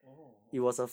orh okay